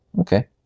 okay